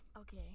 Okay